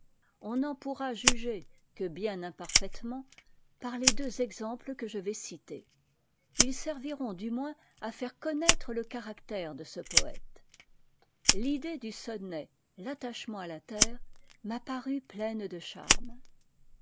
on n'en pourra juger que bien imparfaitement par les deux exemples que je vais citer ils serviront du moins à faire connaître le caractère de ce poëte l'idée du sonnet maeaemem à la terre m'a paru pleine de charme